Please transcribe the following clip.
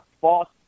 false